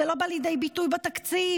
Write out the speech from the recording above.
זה לא בא לידי ביטוי בתקציב.